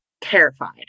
terrified